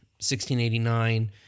1689